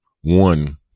one